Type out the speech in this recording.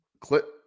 Clip